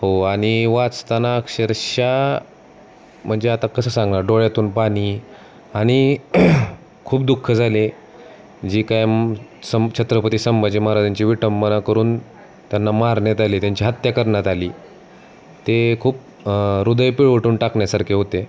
हो आणि वाचताना अक्षरशः म्हणजे आता कसं सांगा डोळ्यातून पाणी आण खूप दुःख झाले जी काय सं छत्रपती संभाजी महाराजांची विटंबना करून त्यांना मारण्यात आले त्यांची हत्या करण्यात आली ते खूप हृदय पिळवटून टाकण्यासारखे होते